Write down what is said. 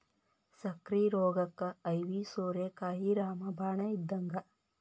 ಸಕ್ಕ್ರಿ ರೋಗಕ್ಕ ಐವಿ ಸೋರೆಕಾಯಿ ರಾಮ ಬಾಣ ಇದ್ದಂಗ